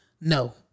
No